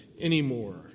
anymore